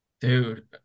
Dude